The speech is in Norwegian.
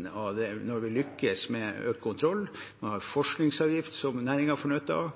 når vi lykkes med økt kontroll. Man har en forskningsavgift som næringen får nytte av.